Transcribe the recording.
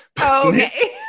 Okay